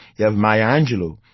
you have maya angelou.